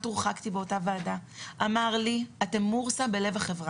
הורחקתי באותה ועדה - אתם מורסה בלב החברה.